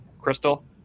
crystal